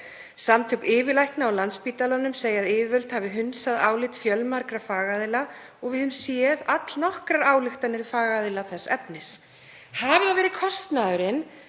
Samtök yfirlækna á Landspítalanum segja að yfirvöld hafi hunsað álit fjölmargra fagaðila og við höfum séð allnokkrar ályktanir fagaðila þess efnis. Hafi það verið kostnaðurinn